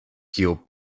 kio